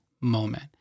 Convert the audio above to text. moment